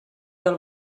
del